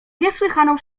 niesłychaną